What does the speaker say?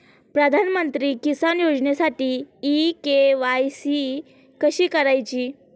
प्रधानमंत्री किसान योजनेसाठी e KYC कशी करायची?